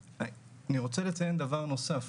אני רוצה לציין דבר נוסף,